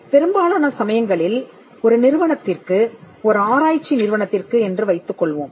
பெரும்பாலான சமயங்களில் ஒரு நிறுவனத்திற்கு ஒரு ஆராய்ச்சி நிறுவனத்திற்கு என்று வைத்துக்கொள்வோம்